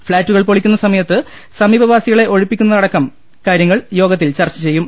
ഫ്ളാറ്റുകൾ പൊളിക്കുന്ന സമയത്ത് സമീപവാസികളെ ഒഴിപ്പി ക്കുന്നതടക്കം കാര്യങ്ങൾ യോഗത്തിൽ ചർച്ച ചെയ്യും